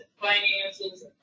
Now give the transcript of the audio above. finances